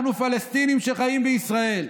אנחנו פלסטינים שחיים בישראל.